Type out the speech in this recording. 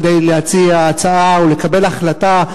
כדי להציע הצעה או לקבל החלטה,